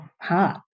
heart